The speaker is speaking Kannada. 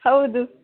ಹೌದು